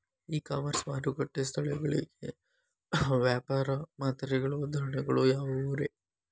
E commerce ಮಾರುಕಟ್ಟೆ ಸ್ಥಳಗಳಿಗೆ ವ್ಯಾಪಾರ ಮಾದರಿಗಳ ಉದಾಹರಣೆಗಳು ಯಾವವುರೇ?